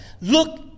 Look